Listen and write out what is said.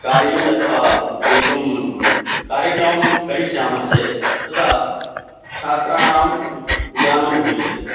कार्यं दत्वा एकं कार्यकर्मं करिष्यामश्चेत् तदा छात्राणां ज्ञानं भविष्यति